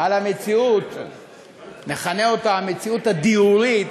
על המציאות, נכנה אותה "המציאות הדיורית"